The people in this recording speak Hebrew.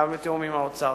גם בתיאום עם האוצר.